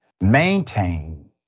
maintain